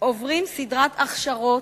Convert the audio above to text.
עוברים סדרת הכשרות,